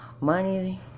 money